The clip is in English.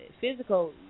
physical